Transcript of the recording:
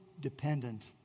dependent